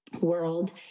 world